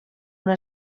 una